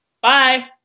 Bye